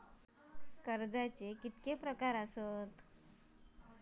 कर्जाचे किती प्रकार असात?